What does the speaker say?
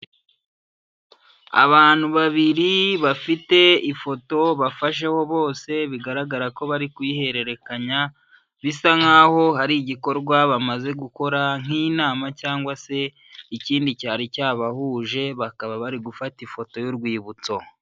Abantu babiri bafite ifoto bafasheho bose bigaragara ko bari kuyihererekanya, bisa nkaho hari igikorwa bamaze gukora nk'inama cyangwa se ikindi cyari cyabahuje bakaba bari gufata ifoto y'urwibutso.